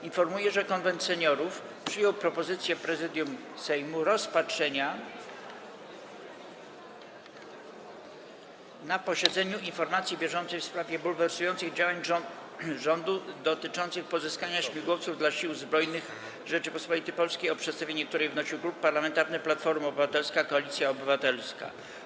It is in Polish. Informuję, że Konwent Seniorów przyjął propozycję Prezydium Sejmu rozpatrzenia na posiedzeniu informacji bieżącej w sprawie bulwersujących działań rządu dotyczących pozyskania śmigłowców dla Sił Zbrojnych RP, o przedstawienie której wnosił Klub Parlamentarny Platforma Obywatelska - Koalicja Obywatelska.